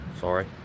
Sorry